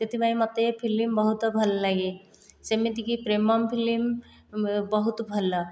ସେଥିପାଇଁ ମୋତେ ଫିଲ୍ମ ବହୁତ ଭଲ ଲାଗେ ଯେମିତିକି ପ୍ରେମମ୍ ଫିଲ୍ମ ବହୁତ ଭଲ